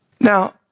Now